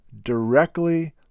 directly